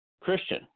Christian